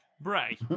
Bray